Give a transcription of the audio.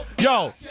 Yo